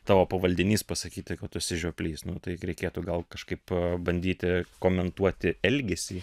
tavo pavaldinys pasakyti kad tu esi žioplys nu tai reikėtų gal kažkaip bandyti komentuoti elgesį